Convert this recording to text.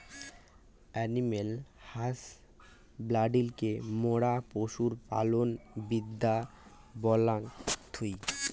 animal হাসব্যান্ড্রিকে মোরা পশু পালন বিদ্যা বলাঙ্গ থুই